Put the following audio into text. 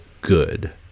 good